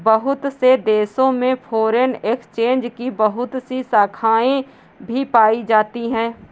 बहुत से देशों में फ़ोरेन एक्सचेंज की बहुत सी शाखायें भी पाई जाती हैं